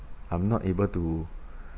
I'm not able to